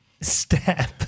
step